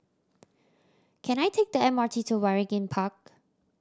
can I take the M R T to Waringin Park